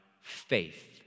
faith